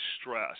stress